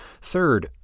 Third